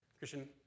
Christian